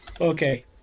Okay